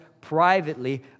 privately